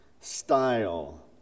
style